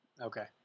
Okay